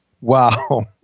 Wow